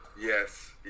yes